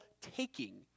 taking